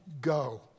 go